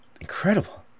Incredible